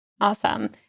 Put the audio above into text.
Awesome